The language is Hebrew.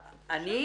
אני,